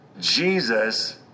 Jesus